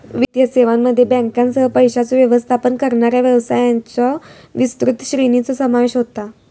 वित्तीय सेवांमध्ये बँकांसह, पैशांचो व्यवस्थापन करणाऱ्या व्यवसायांच्यो विस्तृत श्रेणीचो समावेश होता